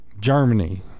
Germany